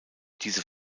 diese